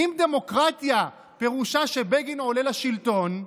אם דמוקרטיה פירושה שבגין עולה לשלטון,